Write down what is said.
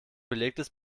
belegtes